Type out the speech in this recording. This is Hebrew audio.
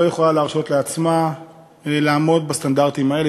לא יכולה להרשות לעצמה לעמוד בסטנדרטים האלה.